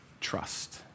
trust